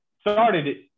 started